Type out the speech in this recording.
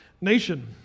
nation